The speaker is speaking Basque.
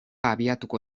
abiatuko